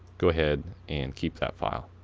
go ahead and keep that file.